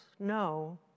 No